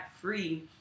free